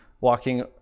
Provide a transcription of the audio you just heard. walking